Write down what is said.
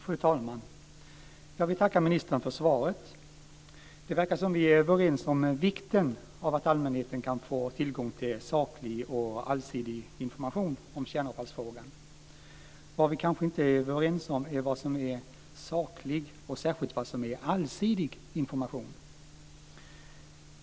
Fru talman! Jag vill tacka ministern för svaret. Det verkar som om vi är överens om vikten av att allmänheten kan få tillgång till saklig och allsidig information om kärnavfallsfrågan. Vad vi kanske inte är överens om är vad som är saklig information och vad som är allsidig information.